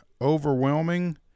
overwhelming